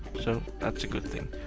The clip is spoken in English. so, that's a good thing.